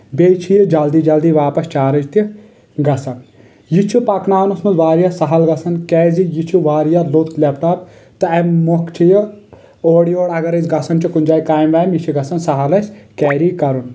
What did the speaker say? بییٚہِ چھُ یہِ جلدی جلدی واپس چارٕچ تہِ گژھان یہِ چھُ پکناونس منٛز واریاہ سہل گژھان کیاز یہِ چھُ واریاہ لوٚت لیٚپ ٹاپ تہٕ امہِ مۄکھ چھُ یہِ اور یور اگر أسۍ گژھان چھِ کُنہِ جایہِ کامہِ وامہ یہِ چھُ گژھان سہل اسہِ کیٚری کرُن